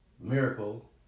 Miracle